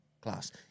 class